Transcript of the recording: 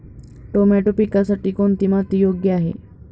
Tomato पिकासाठी कोणती माती योग्य आहे?